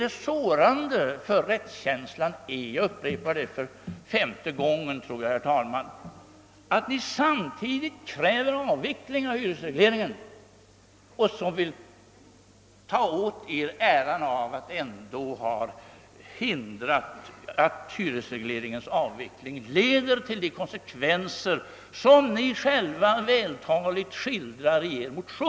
Det så rande för rättskänslan är alltså — jag upprepar det för femte gången, tror jag, — att ni, samtidigt som ni kräver avveckling av hyresregleringen, vill ta åt er äran av att ändå ha hindrat att avvecklingen leder till de konsekvenser som ni själva vältaligt skildrar i er motion.